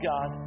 God